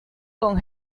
con